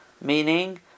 meaning